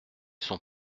sont